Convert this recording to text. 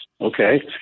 Okay